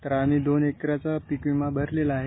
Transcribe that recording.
तर आम्ही दोन एकराचा पीकविमा भरलेला आहे